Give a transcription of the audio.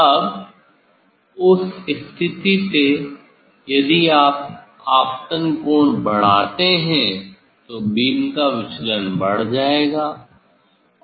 अब उस स्थिति से यदि आप आपतन कोण बढ़ाते हैं तो बीम का विचलन बढ़ जाएगा